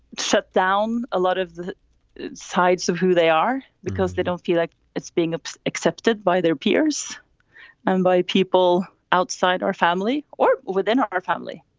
shut down a lot of the sides of who they are because they don't feel like it's being accepted by their peers and by people outside our family or within our family.